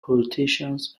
politicians